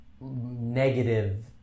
negative